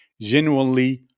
genuinely